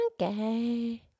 Okay